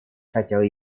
хотел